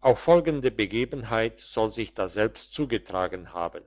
auch folgende begebenheit soll sich daselbst zugetragen haben